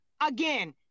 Again